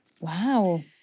Wow